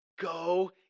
Go